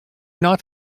not